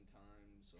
times